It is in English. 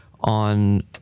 on